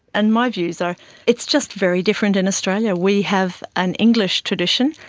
and my views are it's just very different in australia. we have an english tradition,